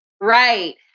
right